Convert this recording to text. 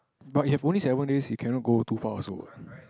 but you have only seven days you cannot go too far also what